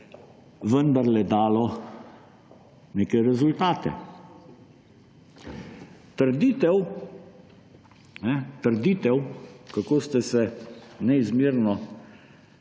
vendarle delo neke rezultate. Trditev, kako ste se neizmerno